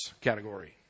category